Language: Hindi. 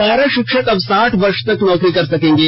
पारा शिक्षक अब साठ वर्ष तक नौकरी कर सकेंगे